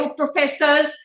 professors